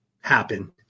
happen